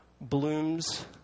blooms